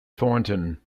thornton